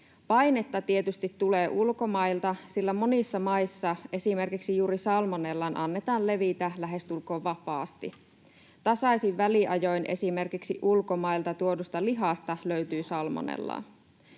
Painetta tietysti tulee ulkomailta, sillä monissa maissa esimerkiksi juuri salmonellan annetaan levitä lähestulkoon vapaasti. Tasaisin väliajoin esimerkiksi ulkomailta tuodusta lihasta löytyy salmonellaa.